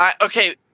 Okay